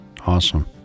Awesome